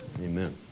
Amen